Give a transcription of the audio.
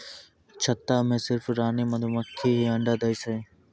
छत्ता मॅ सिर्फ रानी मधुमक्खी हीं अंडा दै छै